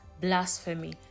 blasphemy